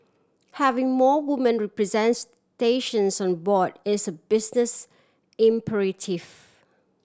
having more woman representations on board is a business imperative